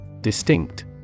Distinct